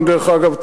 אגב,